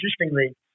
interestingly